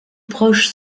proches